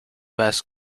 best